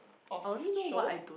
of shows